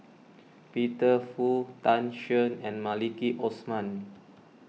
Peter Fu Tan Shen and Maliki Osman